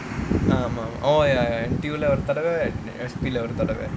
ஆமா:aamaa oh ya N_T_U lah ஒரு தடவ:oru thadava S_P ஒரு தடவ:oru thadava